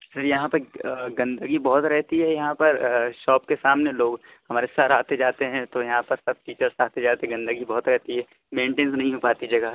سر یہاں پہ گندگی بہت رہتی ہے یہاں پر شاپ کے سامنے لوگ ہمارے سر آتے جاتے ہیں تو یہاں پر سب ٹیچرس آتے جاتے گندگی بہت رہتی ہے مینٹنس نہیں ہو پاتی ہے جگہ